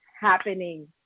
happening